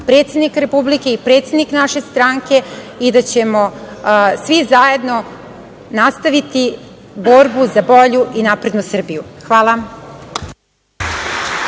predsednik Republike i predsednik naše stranke i da ćemo svi zajedno nastaviti borbu za bolju i naprednu Srbiju. Hvala.